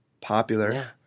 popular